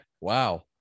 Wow